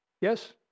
Yes